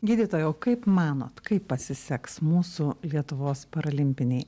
gydytojau kaip manot kaip pasiseks mūsų lietuvos paralimpinei